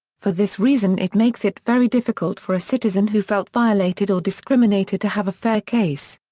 for this reason it makes it very difficult for a citizen who felt violated or discriminated to have a fair case.